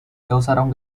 causaron